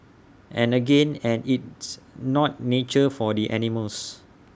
and again and it's not nature for the animals